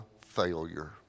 failure